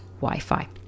Wi-Fi